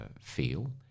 feel